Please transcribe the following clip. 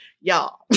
Y'all